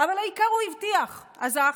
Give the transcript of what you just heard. אבל העיקר הוא הבטיח, אז אחלה.